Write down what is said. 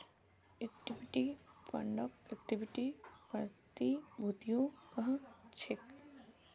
equity फंडक equity प्रतिभूतियो कह छेक